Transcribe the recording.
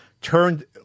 turned